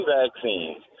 vaccines